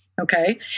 Okay